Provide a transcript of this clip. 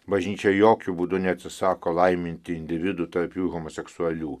bažnyčia jokiu būdu neatsisako laiminti individų tarp jų homoseksualių